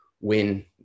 win